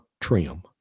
trim